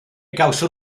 gawson